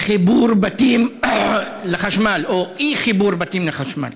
חיבור בתים לחשמל או אי-חיבור בתים לחשמל,